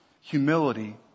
humility